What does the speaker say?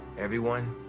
everyone,